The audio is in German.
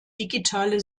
digitale